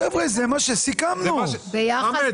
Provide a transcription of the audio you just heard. קיבלנו את הדרישה של הוועדה.